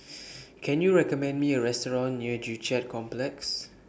Can YOU recommend Me A Restaurant near Joo Chiat Complex